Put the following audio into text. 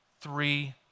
three